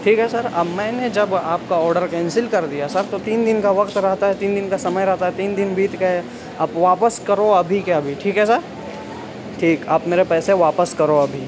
ٹھیک ہے سر اب میں نے جب آپ کا آڈر کینسل کر دیا سر تو تین دن کا وقت رہتا ہے تین دن کا سمعے رہتا ہے تین دن بیت گٮٔے آپ واپس کرو ابھی کے ابھی ٹھیک ہے سر ٹھیک آپ میرے پیسے واپس کرو ابھی